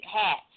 hats